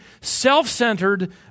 self-centered